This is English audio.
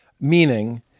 Meaning